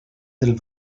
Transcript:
del